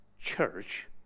church